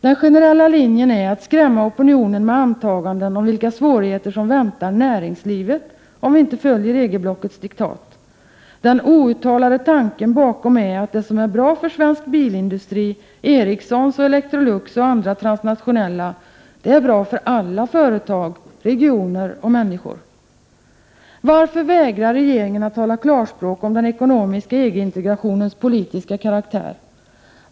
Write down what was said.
Den generella linjen är att skrämma opinionen med antaganden om vilka svårigheter som väntar ”näringslivet”, om vi inte följer EG-blockets diktat. Den outtalade tanken bakom är att det som är bra för svensk bilindustri, Ericssons och Elektrolux och andra transnationella företag är bra för alla företag, regioner och människor. Varför vägrar regeringen att tala klarspråk om den ekonomiska EG integrationens politiska karaktär?